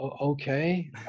Okay